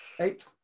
Eight